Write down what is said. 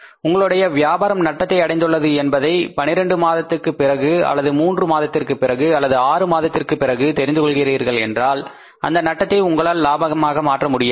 உங்களுடைய வியாபாரம் நட்டத்தை அடைந்துள்ளது என்பதை 12 மாதங்களுக்கு பிறகு அல்லது மூன்று மாதத்திற்குப் பிறகு அல்லது ஆறு மாதத்திற்கு பிறகு தெரிந்து கொள்கிறீர்கள் என்றால் அந்த நட்டத்தை உங்களால் லாபமாக மாற்ற முடியாது